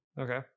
okay